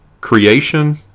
Creation